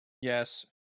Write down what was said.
Yes